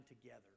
together